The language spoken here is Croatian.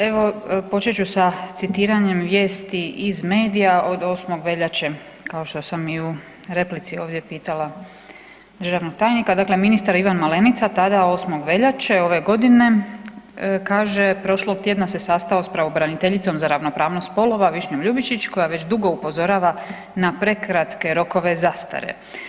Evo počet ću sa citiranjem vijesti iz medija od 8. veljače kao što sam i u replici ovdje pitala državnog tajnika, dakle „ministar Ivan Malenica tada 8. veljače ove godine kaže prošlog tjedna se sastao sa pravobraniteljicom za ravnopravnost spolova Višnjom Ljubičić koja već dugo upozorava na prekratke rokove zastare.